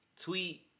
Tweet